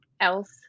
else